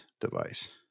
device